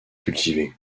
cultivé